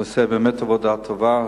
הוא עושה באמת עבודה טובה.